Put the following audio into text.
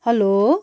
hello